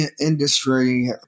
industry